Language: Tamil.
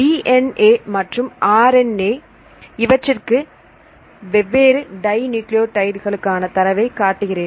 DNA மற்றும் RNA இவற்றிற்கான வெவ்வேறு டை நியூக்ளியோடைடுகளுக்கான தரவை காட்டுகிறேன்